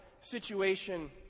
situation